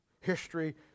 History